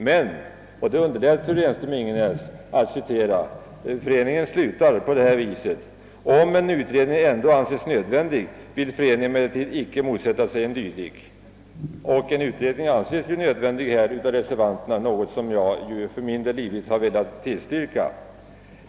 Fru Renström-Ingenäs underlät emellertid att citera slutet av föreningens yttrande: »Om en utredning ändå anses nödvändig vill föreningen emellertid icke motsätta sig en dylik.» En utredning anses ju nödvändig av reservanterna, och jag har livligt velat tillstyrka deras önskemål.